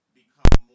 become